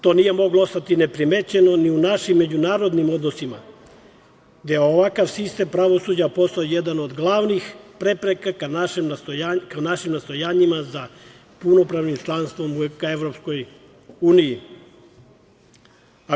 To nije moglo ostati neprimećeno ni u našim međunarodnim odnosima, gde je ovakav sistem pravosuđa postao jedan od glavnih prepreka ka našim nastojanjima za punopravnim članstvom ka Evropskoj uniji.